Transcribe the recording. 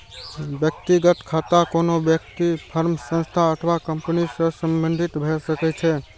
व्यक्तिगत खाता कोनो व्यक्ति, फर्म, संस्था अथवा कंपनी सं संबंधित भए सकै छै